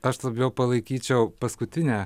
aš labiau palaikyčiau paskutinę